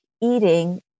eating